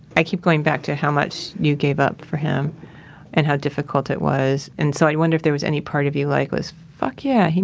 i keep going back to how much you gave up for him and how difficult it was. and so i wonder if there was any part of you like was, fuck yeah.